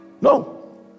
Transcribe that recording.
no